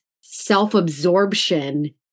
self-absorption